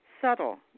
Subtle